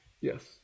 Yes